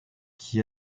qui